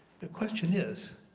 the question is,